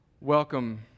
Welcome